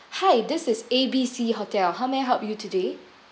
hi this is A B C hotel how may I help you today